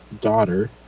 daughter